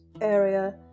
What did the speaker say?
area